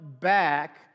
back